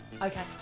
Okay